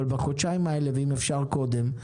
בחודשיים האלה ואם אפשר קודם,